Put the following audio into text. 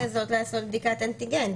תעשה בדיקת אנטיגן,